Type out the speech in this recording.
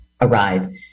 arrive